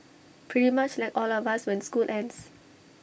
pretty much like all of us when school ends